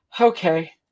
okay